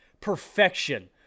perfection